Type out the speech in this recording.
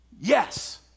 Yes